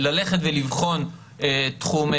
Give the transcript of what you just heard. ללכת ולבחון תחום,